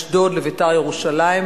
אשדוד" ל"בית"ר ירושלים",